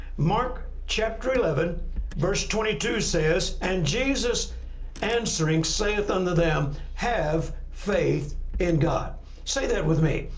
mark chapter eleven verse twenty two says, and jesus answering saith unto them, have faith in god say that with me,